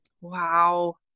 wow